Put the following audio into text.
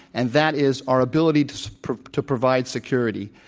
and that is our ability to so provide to provide security